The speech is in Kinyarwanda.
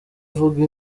avuga